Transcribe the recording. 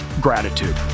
gratitude